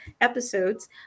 episodes